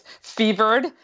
fevered